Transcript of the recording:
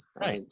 right